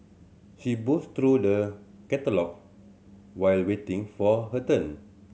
she browsed through the catalogue while waiting for her turn